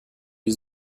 die